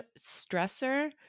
stressor